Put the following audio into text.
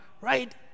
right